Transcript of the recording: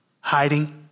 Hiding